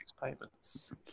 payments